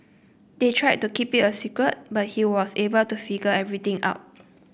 they tried to keep it a secret but he was able to figure everything out